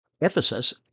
Ephesus